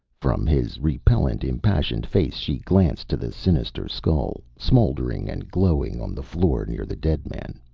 from his repellent, impassioned face she glanced to the sinister skull, smoldering and glowing on the floor near the dead man.